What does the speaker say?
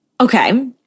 Okay